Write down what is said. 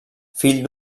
fill